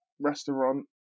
restaurant